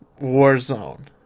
Warzone